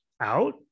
out